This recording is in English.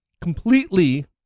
completely